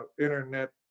internet